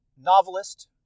novelist